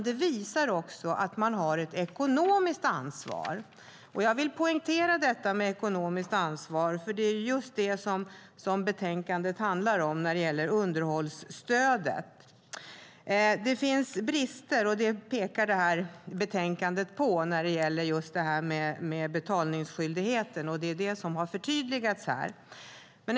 Det visar också att de har ett ekonomiskt ansvar. Jag vill poängtera detta med ekonomiskt ansvar. Det är just det betänkandet handlar om när det gäller underhållsstödet. Det finns brister, och det pekar betänkandet på, när det gäller betalningsskyldigheten. Det är vad som har förtydligats här.